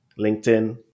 LinkedIn